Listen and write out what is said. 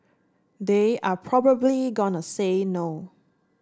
they are probably gone a say no